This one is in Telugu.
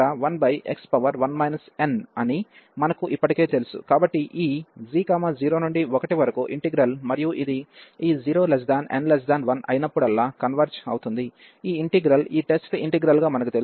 కాబట్టి ఈ g 0 నుండి 1 వరకు ఇంటిగ్రల్ మరియు ఇది ఈ 0n1 అయినప్పుడల్లా కన్వెర్జ్ అవుతుంది ఈ ఇంటిగ్రల్ ఈ టెస్ట్ ఇంటిగ్రల్ గా మనకు తెలుసు